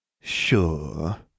Sure